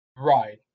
Right